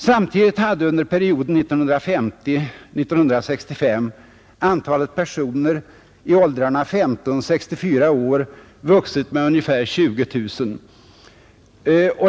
Samtidigt har under perioden 1950-1965 antalet personer i åldrarna 15—64 år vuxit med ungefär 20 000.